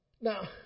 Now